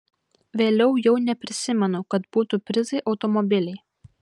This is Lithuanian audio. vėliau jau neprisimenu kad būtų prizai automobiliai